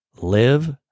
Live